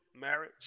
marriage